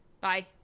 Bye